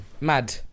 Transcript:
Mad